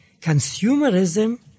consumerism